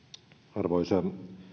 arvoisa